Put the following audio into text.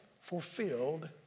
fulfilled